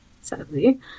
sadly